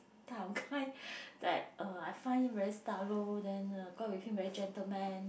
type of guy that uh I find him very stylo then uh go out with him very gentlemen